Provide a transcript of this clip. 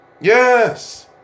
Yes